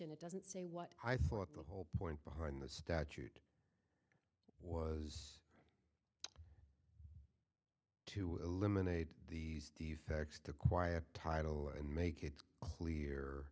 jurisdiction it doesn't say what i thought the whole point behind the statute was to eliminate these defects to quiet title and make it clear